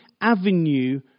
avenue